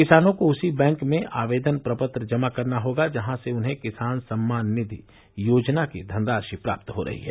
किसानों को उसी बैंक में आवेदन प्रपत्र जमा करना होगा जहां से उन्हें किसान सम्मान निधि योजना की धनराशि प्राप्त हो रही है